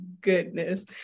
goodness